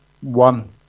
one